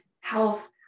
health